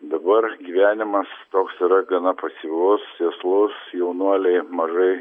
dabar gyvenimas toks yra gana pasyvus sėslus jaunuoliai mažai